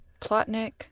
Plotnik